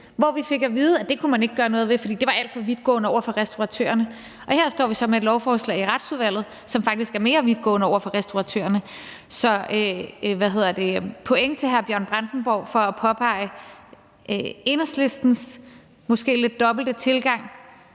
hvor vi fik at vide, at det kunne man ikke gøre noget ved, fordi det var alt for vidtgående over for restauratørerne, og her står vi så med et lovforslag i Retsudvalget, som faktisk er mere vidtgående over for restauratørerne. Så point til hr. Bjørn Brandenborg for at påpege Enhedslistens måske lidt dobbelte tilgang,